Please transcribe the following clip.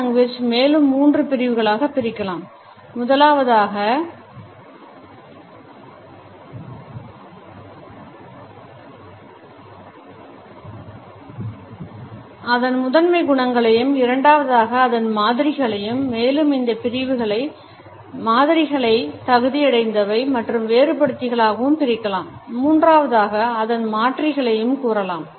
Paralanguage மேலும் மூன்று பிரிவுகளாக பிரிக்கலாம் முதலாவதாக அதன் முதன்மை குணங்களையும் இரண்டாவதாக அதன் மாதிரிகளையும் மேலும் இந்த மாதிரிகளைத் தகுதியடைந்தவை மற்றும் வேறுபடுத்திகளாகவும் பிரிக்கலாம் மூன்றாவதாக அதன் மாற்றிகளையும் கூறலாம்